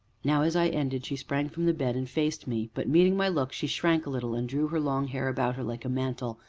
now, as i ended, she sprang from the bed and faced me, but, meeting my look, she shrank a little, and drew her long hair about her like a mantle,